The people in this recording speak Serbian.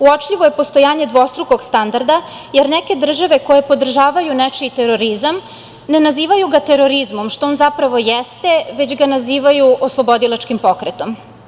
Uočljivo je postojanje dvostrukog standarda, jer neke države koje podržavaju nečiji terorizam ne nazivaju ga terorizmom, što on zapravo jeste, već ga nazivaju oslobodilačkim pokretom.